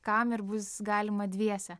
kam ir bus galima dviese